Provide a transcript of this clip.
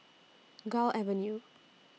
Gul Avenue